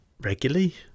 regularly